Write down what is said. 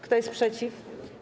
Kto jest przeciw?